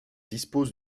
dispose